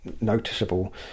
noticeable